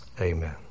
amen